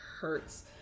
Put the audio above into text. hurts